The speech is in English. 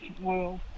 world